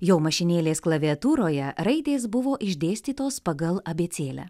jo mašinėlės klaviatūroje raidės buvo išdėstytos pagal abėcėlę